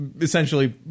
essentially